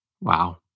Wow